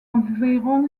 environ